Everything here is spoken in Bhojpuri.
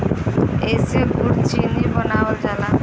एसे गुड़ चीनी बनावल जाला